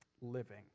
living